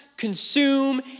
consume